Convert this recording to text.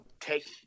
take